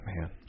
Man